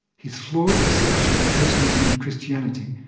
his flawed perception of platonism and christianity,